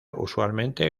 usualmente